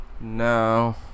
no